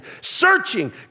searching